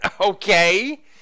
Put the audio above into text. okay